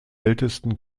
ältesten